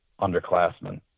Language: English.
underclassmen